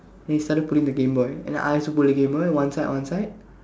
then he started pulling the game boy and I also pull the game boy one side one side